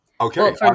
Okay